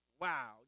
Wow